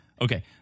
Okay